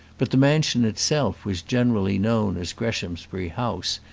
but the mansion itself was generally known as greshamsbury house,